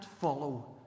follow